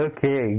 Okay